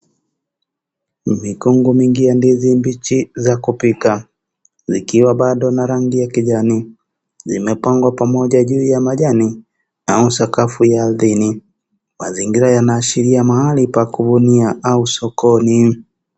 Mikungu mingi ya ndizi mbichi za kupika, zikiwa bado na rangi ya kijani. Zimepangwa pamoja juu ya majani au sakafu ya ardhini. Mazingira yanaashiria mahali pa kuvunia au sokoni.